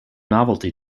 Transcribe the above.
novelty